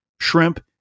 shrimp